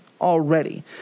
already